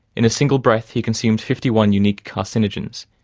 in a single breath, he consumed fifty one unique carcinogens,